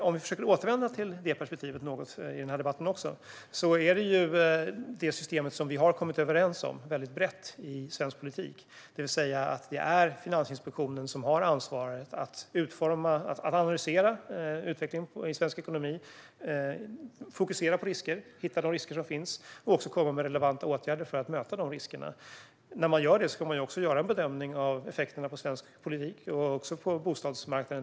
Om vi försöker återvända något till detta perspektiv också i denna debatt är det detta system vi har kommit överens om väldigt brett i svensk politik: Det är Finansinspektionen som har ansvaret för att analysera utvecklingen i svensk ekonomi, att fokusera på risker, att hitta de risker som finns och att komma med relevanta åtgärder för att möta dessa risker. När man gör det ska man också göra en bedömning av effekterna på svensk politik och även på till exempel bostadsmarknaden.